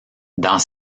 dans